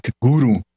guru